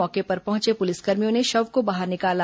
मौके पर पहुंचे पुलिसकर्मियों ने शव को बाहर निकाला